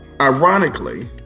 Ironically